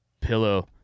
pillow